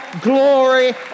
glory